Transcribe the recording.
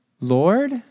Lord